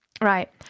Right